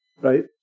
right